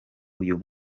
uyu